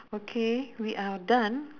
okay we are done